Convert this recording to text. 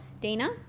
Dana